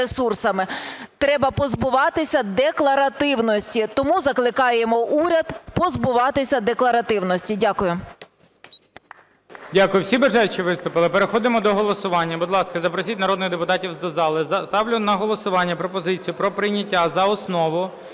треба позбуватися декларативності. Тому закликаємо уряд позбуватися декларативності. Дякую.